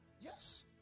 Yes